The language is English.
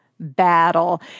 battle